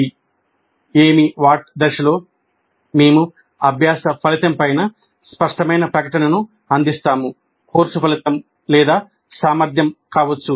'ఏమి' దశలో మేము అభ్యాస ఫలితం పైన స్పష్టమైన ప్రకటనను అందిస్తాము కోర్సు ఫలితం లేదా సామర్థ్యం కావచ్చు